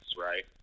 right